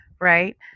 right